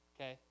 Okay